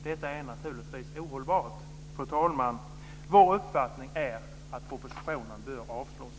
Detta är naturligtvis ohållbart. Herr talman! Vår uppfattning är att propositionen bör avslås.